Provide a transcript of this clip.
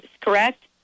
correct